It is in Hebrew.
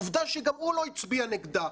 עובדה שגם הוא לא הצביע נגדה,